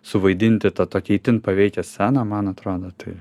suvaidinti tą tokią itin paveikią sceną man atrodo tai